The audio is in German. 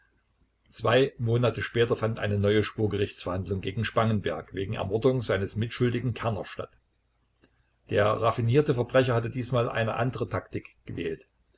zwei monate später fand eine neue schwurgerichtsverhandlung gegen spangenberg wegen ermordung seines mitschuldigen kerner statt der raffinierte verbrecher hatte diesmal eine andere taktik gewählt